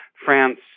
France